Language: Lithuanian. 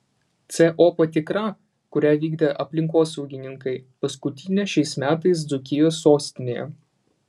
co patikra kurią vykdė aplinkosaugininkai paskutinė šiais metais dzūkijos sostinėje